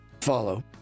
follow